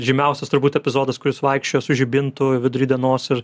žymiausias turbūt epizodas kuris vaikščiojo su žibintu vidury dienos ir